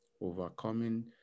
overcoming